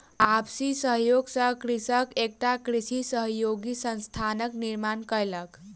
आपसी सहयोग सॅ कृषक एकटा कृषि सहयोगी संस्थानक निर्माण कयलक